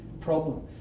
problem